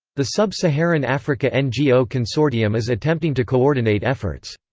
the sub-saharan africa ngo consortium is attempting to coordinate efforts.